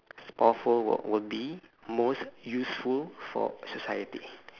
s~ powerful what would be most useful for society